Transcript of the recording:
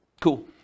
Cool